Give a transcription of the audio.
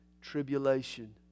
Tribulation